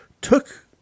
took –